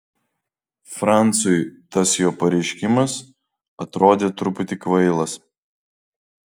franciui tas jo pareiškimas atrodė truputį kvailas